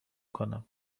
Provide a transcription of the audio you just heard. کنم